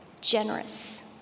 generous